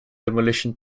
demolition